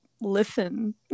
listen